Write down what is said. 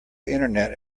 internet